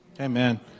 Amen